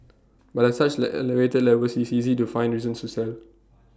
but at such elevated levels it's easy to find reasons to sell